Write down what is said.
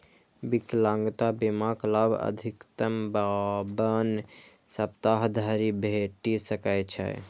विकलांगता बीमाक लाभ अधिकतम बावन सप्ताह धरि भेटि सकै छै